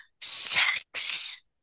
sex